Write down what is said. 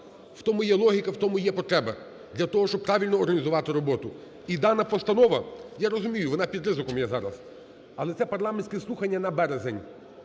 В тому є логіка, в тому є потреба для того, щоб правильно організувати роботу. І дана постанова, я розумію, вона під ризиком є зараз, але це парламентські слухання на березень.